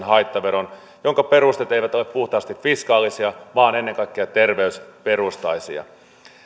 haittaveron jonka perusteet eivät ole puhtaasti fiskaalisia vaan ennen kaikkea terveysperustaisia